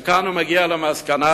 כאן הוא מגיע למסקנה: